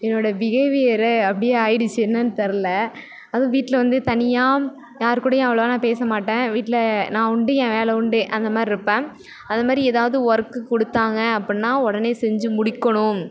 என்னோடய பிஹேவியர் அப்படியே ஆயிடுச்சு என்னன்னு தெரிலை அதுவும் வீட்டில் வந்து தனியாக யார் கூடவும் அவ்வளவா நான் பேச மாட்டேன் வீட்டில் நான் உண்டு என் வேலை உண்டு அந்தமாதிரிருப்பேன் அதுமாதிரி ஏதாவது வொர்க்கு கொடுத்தாங்க அப்புடின்னா உடனே செஞ்சு முடிக்கணும்